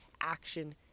action